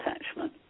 attachment